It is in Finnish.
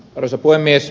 arvoisa puhemies